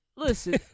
Listen